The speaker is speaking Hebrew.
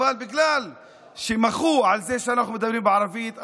אבל בגלל שמחו על זה שאנחנו מדברים בערבית,